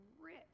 rich